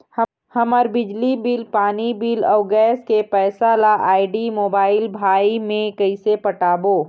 हमर बिजली बिल, पानी बिल, अऊ गैस के पैसा ला आईडी, मोबाइल, भाई मे कइसे पटाबो?